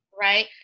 right